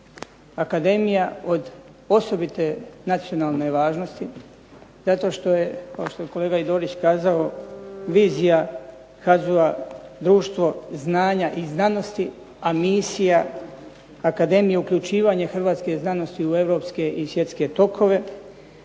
akademija od osobite nacionalne važnost, zato što je kao što je kolega Dorić kazao, vizija HAZU-a društvo znanja i znanosti, a misija akademije uključivanje hrvatske znanosti u europske i svjetske tokove,